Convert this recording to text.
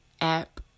app